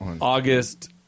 August